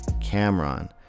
Cameron